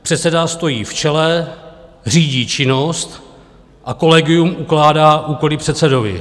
Předseda stojí v čele, řídí činnost a kolegium ukládá úkoly předsedovi.